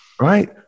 Right